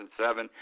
2007